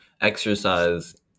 exercise